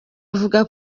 avuga